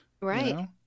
Right